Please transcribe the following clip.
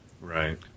Right